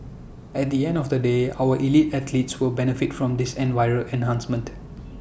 at the end of the day our elite athletes will benefit from this in viral enhancement